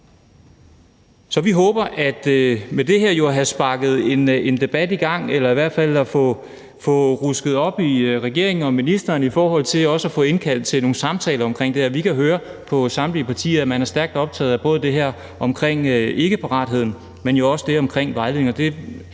på. Vi håber, at vi med det her har sparket en debat i gang, eller at vi i hvert fald har fået rusket op i regeringen og ministeren til at få indkaldt til nogle samtaler om det her. Vi kan høre på samtlige partier, at man både er stærkt optaget af det med ikkeparatheden, men også af det omkring vejledningen.